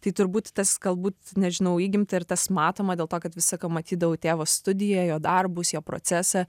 tai turbūt tas galbūt nežinau įgimta ir tas matoma dėl to kad visa ką matydavau tėvo studiją jo darbus jo procesą